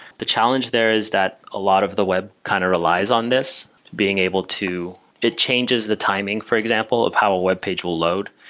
the challenge there is that a lot of the web kind of relies on this being able to it changes the timing for example of how a webpage will load,